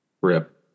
Rip